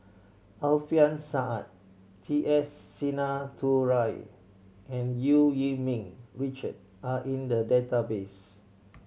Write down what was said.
Alfian Sa'at T S Sinnathuray and Eu Yee Ming Richard are in the database